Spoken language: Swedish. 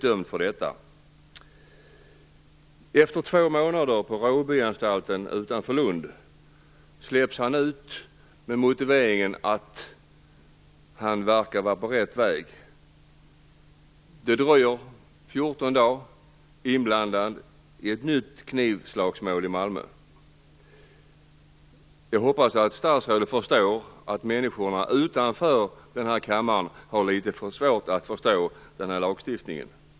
De övriga inblandade fick långa fängelsestraff. Efter två månader på Råbyanstalten utanför Lund släpptes han ut med motiveringen att han verkade vara på rätt väg. Det dröjer 14 dagar innan han blir inblandad i ett nytt knivslagsmål i Malmö. Jag hoppas statsrådet förstår att människorna utanför denna kammare har svårt att förstå en sådan lagstiftning.